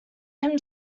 him